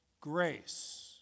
grace